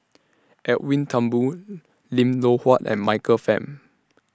Edwin Thumboo Lim Loh Huat and Michael Fam